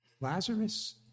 Lazarus